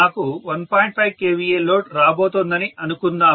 5 kVA load రాబోతోందని అనుకుందాము